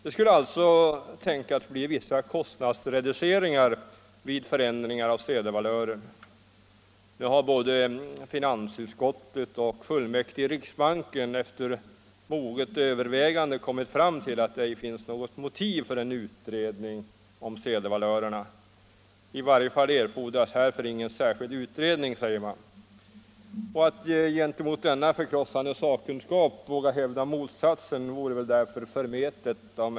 Det skulle alltså kunna bli vissa kostnadsreduceringar vid en för Nu har både finansutskottet och fullmäktige i riksbanken efter moget övervägande kommit fram till att det inte finns något motiv för en utredning av sedelvalörerna. I varje fall erfordras härför ingen särskild utredning, säger man. Att mot denna förkrossande sakkunskap våga hävda motsatsen vore väl förmätet.